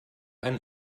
ein